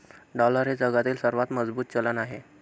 dollar हे जगातील सर्वात मजबूत चलन आहे